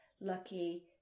lucky